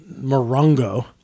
Morongo